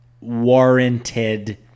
warranted